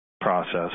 process